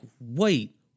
wait